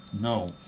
No